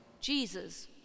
Jesus